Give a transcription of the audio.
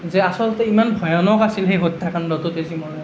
যে আচলতে ইমান ভয়ানক আছিল সেই হত্য়াকাণ্ডটো তেজীমলাৰ